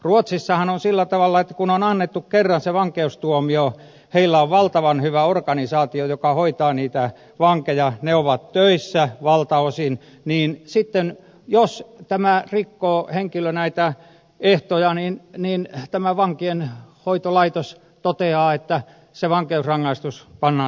ruotsissahan on sillä tavalla että kun on annettu kerran se vankeustuomio heillä on valtavan hyvä organisaatio joka hoitaa niitä vankeja he ovat töissä valtaosin sitten jos tämä henkilö rikkoo näitä ehtoja niin tämä vankeinhoitolaitos toteaa että se vankeusrangaistus pannaan täytäntöön